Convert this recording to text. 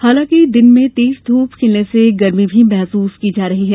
हालांकि दिन में तेज ध्रप खिलने से गरमी भी महसूस की जा रही है